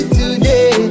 today